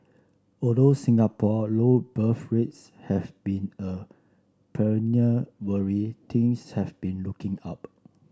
although Singapore low birth rates have been a perennial worry things have been looking up